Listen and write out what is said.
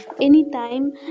anytime